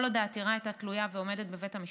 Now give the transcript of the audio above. כל עוד העתירה הייתה תלויה ועומדת בבית המשפט,